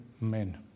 men